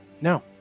No